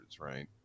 right